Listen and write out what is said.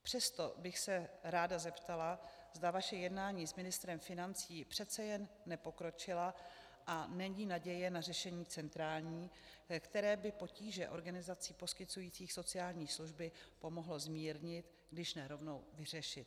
Přesto bych se ráda zeptala, zda vaše jednání s ministrem financí přece jen nepokročila a není naděje na řešení centrální, které by potíže organizací poskytujících sociální služby pomohlo zmírnit, když ne rovnou vyřešit.